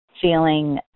feeling